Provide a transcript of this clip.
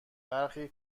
برخی